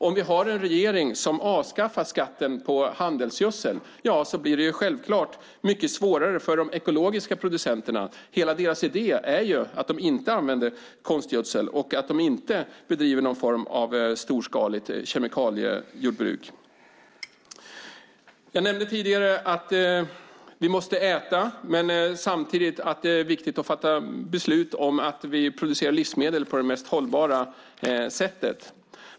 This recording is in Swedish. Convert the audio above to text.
Har vi en regering som avskaffar skatten på handelsgödsel blir det självklart mycket svårare för de ekologiska producenterna. Hela deras idé är ju att de inte använder konstgödsel och att de inte bedriver storskaligt kemikaliejordbruk. Jag nämnde tidigare att vi måste äta men att det samtidigt är viktigt att fatta beslut om att producera livsmedel på det mest hållbara sättet.